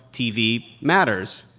tv matters.